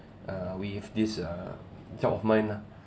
uh with this uh job of mine lah